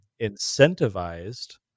incentivized